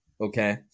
okay